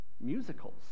musicals